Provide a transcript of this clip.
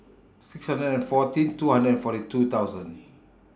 six hundred and fourteen two hundred and forty two thousand